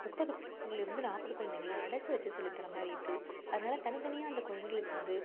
முப்பதுக்குள்லிருந்து நாற்பது கொழந்தைங்கள அடைச்சி வச்சி சொல்லித் தர்ற மாதிரி இருக்குது அதனால் தனித் தனியாக அந்த கொழந்தைகளுக்கு வந்து